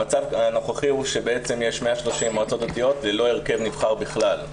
המצב הנוכחי הוא שבעצם יש 130 מועצות דתיות ללא הרכב נבחר בכלל,